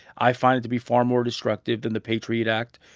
i find it to be far more destructive than the patriot act,